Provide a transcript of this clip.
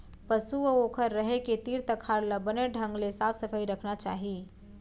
पसु अउ ओकर रहें के तीर तखार ल बने ढंग ले साफ सफई रखना चाही